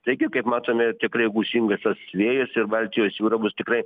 taigi kaip matome tikrai gūsingas tas vėjas ir baltijos jūra bus tikrai